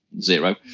zero